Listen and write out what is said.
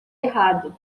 errado